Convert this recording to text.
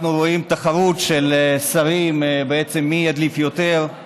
אנחנו רואים תחרות של שרים, בעצם, מי הדליף יותר.